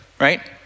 right